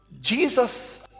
Jesus